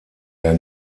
der